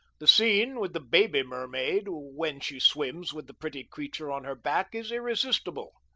the scene with the baby mermaid, when she swims with the pretty creature on her back, is irresistible.